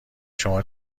شما